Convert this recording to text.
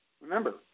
Remember